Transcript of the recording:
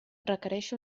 requereix